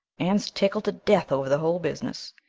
anne's tickled to death over the whole business,